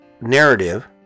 narrative